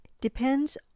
depends